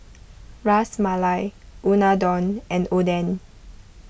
Ras Malai Unadon and Oden